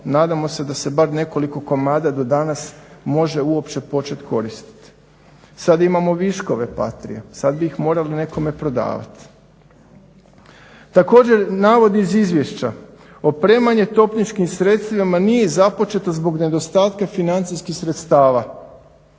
Nadamo se da se bar nekoliko komada do danas može uopće početi koristiti. Sad imamo viškove PATRIA, sad bi ih morali nekome prodavati. Također navod iz izvješća. Opremanje topničkim sredstvima nije započeto zbog nedostatka financijskih sredstava.